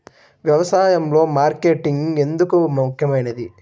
వ్యసాయంలో మార్కెటింగ్ ఎందుకు ముఖ్యమైనది?